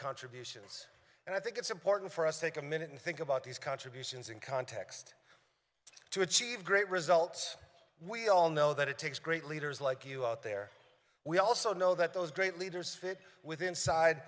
contributions and i think it's important for us take a minute and think about these contributions in context to achieve great results we all know that it takes great leaders like you out there we also know that those great leaders fit within side